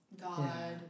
God